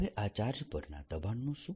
હવે આ ચાર્જ પરના દબાણનું શું